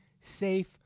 safe